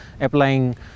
applying